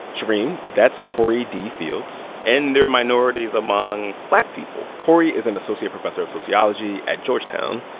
shereen, that's corey d. fields. and they're minorities among black people corey is an associate professor of sociology at georgetown.